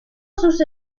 sus